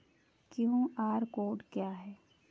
QR code क्या है?